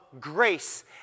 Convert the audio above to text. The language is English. grace